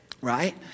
Right